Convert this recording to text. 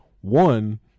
One